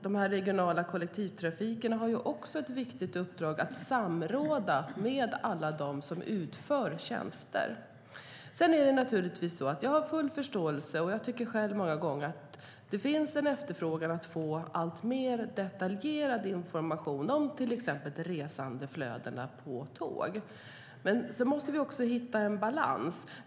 De regionala kollektivtrafikmyndigheterna har också ett viktigt uppdrag att samråda med alla dem som utför tjänster. Jag har full förståelse för att det finns en efterfrågan på alltmer detaljerad information om till exempel resandeflödena med tåg. Det tycker jag själv många gånger behövs. Men vi måste också hitta en balans.